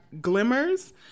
Glimmers